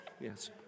Yes